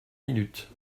minutes